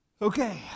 Okay